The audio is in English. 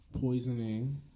poisoning